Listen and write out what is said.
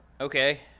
okay